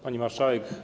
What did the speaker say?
Pani Marszałek!